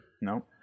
No